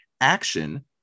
Action